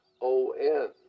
O-N